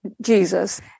Jesus